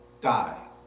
die